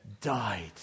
died